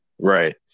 right